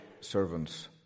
servants